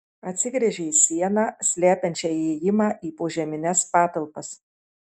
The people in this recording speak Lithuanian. atsigręžė į sieną slepiančią įėjimą į požemines patalpas